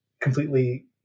completely